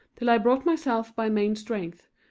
till i brought myself by main strength,